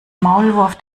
maulwurf